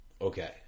okay